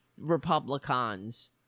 republicans